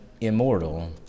immortal